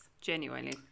Genuinely